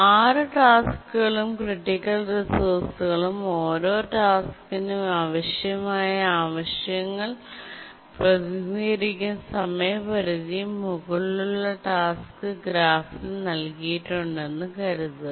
6 ടാസ്ക്കുകളും ക്രിട്ടിക്കൽ റിസോഴ്സുകളും ഓരോ ടാസ്ക്കിനും ആവശ്യമായ ആവശ്യങ്ങൾ പ്രതിനിധീകരിക്കുന്ന സമയപരിധിയും മുകളിലുള്ള ടാസ്ക് ഗ്രാഫിൽ നൽകിയിട്ടുണ്ടെന്ന് കരുതുക